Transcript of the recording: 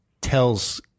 tells